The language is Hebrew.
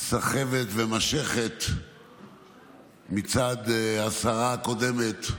סחבת ומשכת מצד השרה הקודמת,